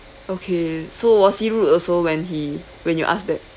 okay so was he rude also when he when you asked that